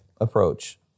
approach